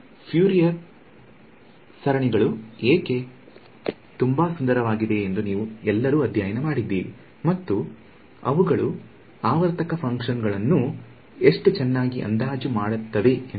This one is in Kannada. ಫ್ಯೂರಿಯರ್ ಸರಣಿಗಳು ಏಕೆ ತುಂಬಾ ಸುಂದರವಾಗಿವೆ ಎಂದು ನೀವು ಎಲ್ಲರೂ ಅಧ್ಯಯನ ಮಾಡಿದ್ದೀರಿ ಮತ್ತು ಅವುಗಳು ಆವರ್ತಕ ಫಂಕ್ಷ ಗಳನ್ನೂ ಎಷ್ಟು ಚೆನ್ನಾಗಿ ಅಂದಾಜು ಮಾಡತ್ತವೆ ಎಂದು